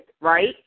right